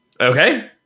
Okay